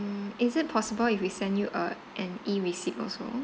um is it possible if we send you a an e receipt also